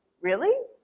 really?